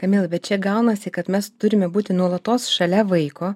kamila bet čia gaunasi kad mes turime būti nuolatos šalia vaiko